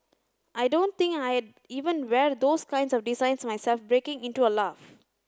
I don't think I'd even wear those kinds of designs myself breaking into a laugh